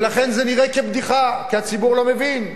ולכן, זה נראה כבדיחה, כי הציבור לא מבין,